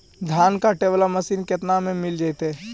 धान काटे वाला मशीन केतना में मिल जैतै?